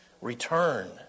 return